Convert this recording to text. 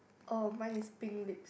oh mine is pink lip